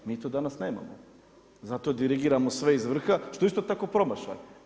Mi to danas nemamo, zato dirigiramo sve iz vrha što je isto tako promašaj.